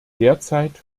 derzeit